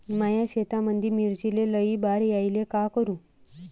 माया शेतामंदी मिर्चीले लई बार यायले का करू?